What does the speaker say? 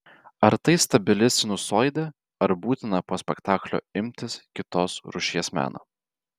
ar tai stabili sinusoidė ar būtina po spektaklio imtis kitos rūšies meno